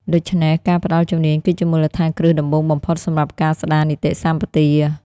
ដូច្នេះ ការផ្តល់ជំនាញគឺជាមូលដ្ឋានគ្រឹះដំបូងបំផុតសម្រាប់ការស្តារនីតិសម្បទា។